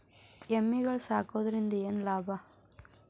ಎಮ್ಮಿಗಳು ಸಾಕುವುದರಿಂದ ಏನು ಲಾಭ?